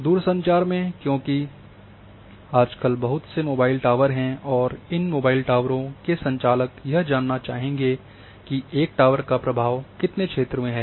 दूरसंचार में क्योंकि आजकल बहुत से मोबाइल टावर हैं और इन मोबाइल टावरों के संचालक यह जानना चाहेंगे कि एक टॉवर का प्रभाव कितने क्षेत्र में है